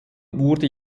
wurde